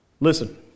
Listen